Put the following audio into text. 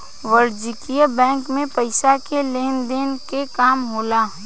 वाणिज्यक बैंक मे पइसा के लेन देन के काम होला